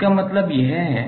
इसका क्या मतलब है